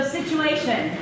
situation